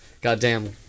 Goddamn